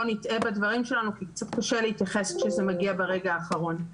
נטעה בדברים שלנו כי קצת קשה להתייחס כשזה מגיע ברגע האחרון.